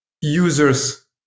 users